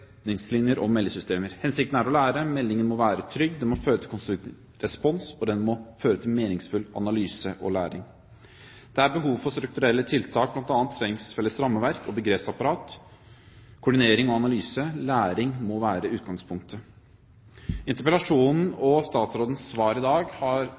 om meldesystemer: Hensikten er å lære, meldingen må være trygg, den må føre til konstruktiv respons, og den må føre til meningsfull analyse og læring. Det er behov for strukturelle tiltak, bl.a. trengs felles rammeverk og begrepsapparat, koordinering og analyse. Læring må være utgangspunktet. Interpellasjonen og statsrådens svar i dag har